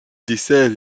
dessert